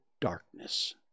darkness